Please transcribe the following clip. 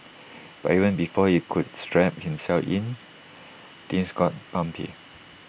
but even before he could strap himself in things got bumpy